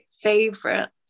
favorite